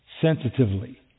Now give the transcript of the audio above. sensitively